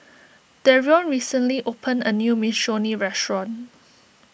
Darion recently opened a new Minestrone restaurant